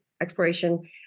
exploration